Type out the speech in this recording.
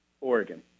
Oregon